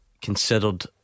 considered